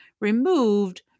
removed